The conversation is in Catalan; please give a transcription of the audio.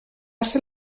ser